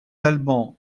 alban